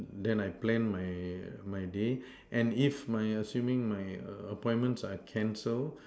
then I plan my my day and if my assuming my appointments are cancelled